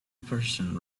person